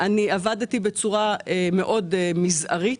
עבדתי בצורה מאוד מזערית.